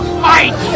fight